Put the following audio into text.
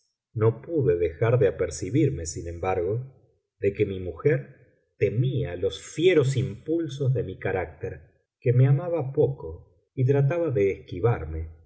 no pude dejar de apercibirme sin embargo de que mi mujer temía los fieros impulsos de mi carácter que me amaba poco y trataba de esquivarme pero esto me